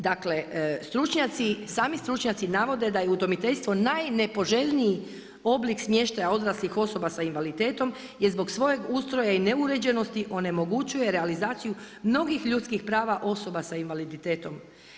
Dakle, stručnjaci, sami stručnjaci navode da je udomiteljstvo najnepoželjniji oblik smještaja odraslih osoba sa invaliditetom jer zbog svog ustroja i neuređenosti onemogućuje realizaciju mnogih ljudskih prava osoba sa invaliditetom.